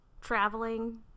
traveling